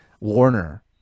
warner